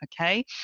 okay